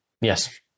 yes